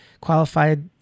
qualified